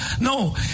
No